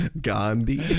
Gandhi